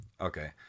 Okay